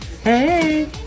hey